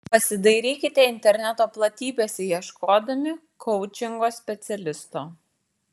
pasidairykite interneto platybėse ieškodami koučingo specialisto